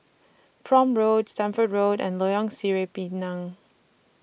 Prome Road Stamford Road and Lorong Sireh Pinang